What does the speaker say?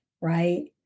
right